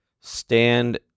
stand